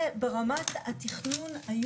ברמת התכנון,